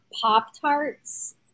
Pop-Tarts